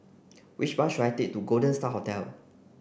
which bus should I take to Golden Star Hotel